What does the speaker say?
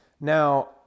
Now